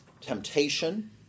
temptation